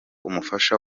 umufasha